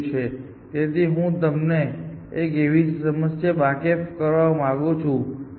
કારણ કે તે એવા ક્ષેત્ર જેવું છે જે તમે તેના જેવા બનાવી રહ્યા છો ત્યાં એક સમસ્યા છે જે ઓપન લિસ્ટ કરતા કલોઝ લિસ્ટ માં ઝડપથી વધી રહી છે